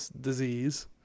disease